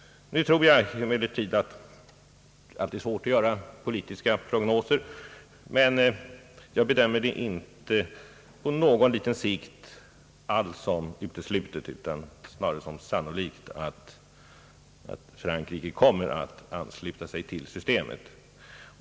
Visserligen är det svårt att ställa politiska prognoser, men jag bedömer det dock på någon sikt inte alls som uteslutet, utan snarare som sannolikt att Frankrike kommer att ansluta sig till systemet.